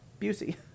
Busey